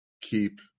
keep